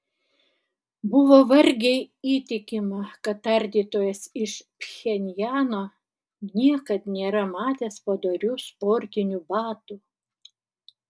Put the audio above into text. buvo vargiai įtikima kad tardytojas iš pchenjano niekad nėra matęs padorių sportinių batų